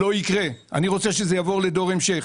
לא יקרה, אני רוצה שזה יעבור לדור המשך.